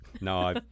No